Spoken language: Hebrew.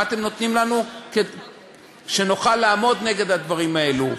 מה אתם נותנים לנו שנוכל לעמוד נגד הדברים האלו?